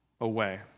away